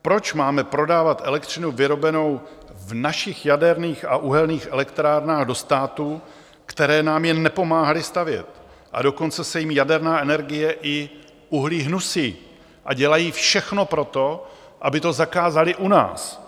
Proč máme prodávat elektřinu vyrobenou v našich jaderných a uhelných elektrárnách do států, které nám je nepomáhaly stavět, a dokonce se jim jaderná energie i uhlí hnusí a dělají všechno pro to, aby to zakázali u nás?